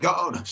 God